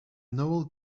noel